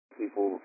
people